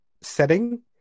setting